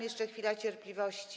Jeszcze chwila cierpliwości.